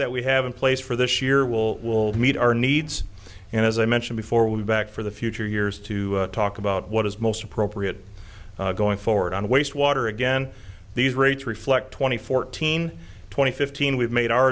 that we have in place for this year will will meet our needs and as i mentioned before we are back for the future years to talk about what is most appropriate going forward on waste water again these rates reflect twenty fourteen twenty fifteen we've made our